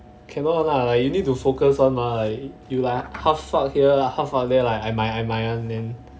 cannot lah like you need to focus [one] mah like you like half fuck here half fuck there like I mi~ I might earn them